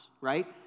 right